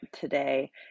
today